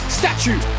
statue